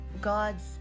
God's